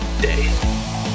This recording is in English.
day